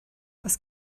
oes